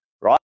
right